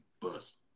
bust